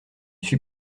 suis